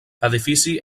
edifici